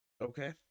Okay